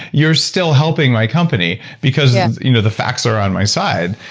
you're still helping my company because yeah you know the facts are on my side.